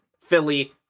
Philly